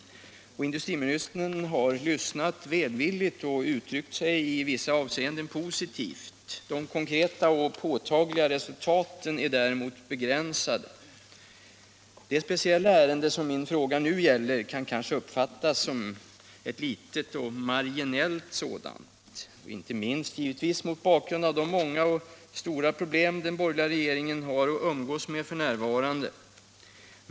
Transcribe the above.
Industriministern har lyssnat välvilligt och uttryckt sig i vissa avseenden positivt. De konkreta och påtagliga resultaten är däremot begränsade. Det speciella ärende som min fråga nu gäller kan kanske uppfattas som litet och marginellt, inte minst mot bakgrund av de många stora problem den borgerliga regeringen har att umgås med f. n.